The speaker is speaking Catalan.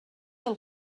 del